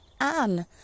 Anne